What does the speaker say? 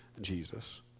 Jesus